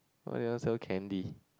why you never sell candy